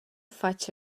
fatg